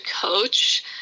coach